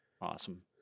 Awesome